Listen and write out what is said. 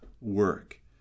work